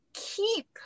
keep